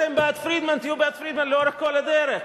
אתם בעד פרידמן, תהיו בעד פרידמן לאורך כל הדרך,